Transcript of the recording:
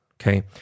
okay